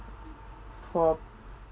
for